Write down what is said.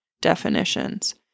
definitions